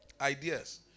Ideas